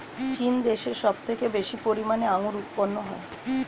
চীন দেশে সব থেকে বেশি পরিমাণে আঙ্গুর উৎপন্ন হয়